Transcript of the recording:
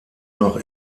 noch